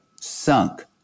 sunk